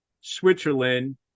Switzerland